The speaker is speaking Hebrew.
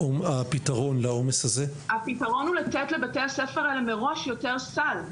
הפתרון הוא לתת לבתי הספר האלה מראש יותר סל.